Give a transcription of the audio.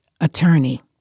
attorney